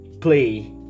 play